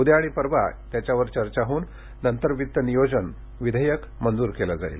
उद्या आणि परवा अर्थ संकल्पावर चर्चा होऊन नंतर वित्त नियोजन विधेयक मंजूर केलं जाईल